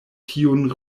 tiun